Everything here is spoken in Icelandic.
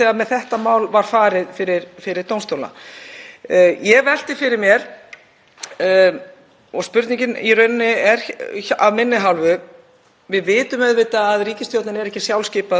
Við vitum auðvitað að ríkisstjórnin er ekki fjölskipað stjórnvald en engu að síður leikur mér forvitni á að vita: Er eitthvert pólitískt mat sem liggur fyrir þegar svona tímamótaákvörðun er tekin